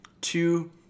two